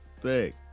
big